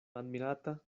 admirata